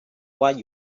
what